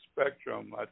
spectrum